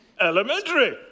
Elementary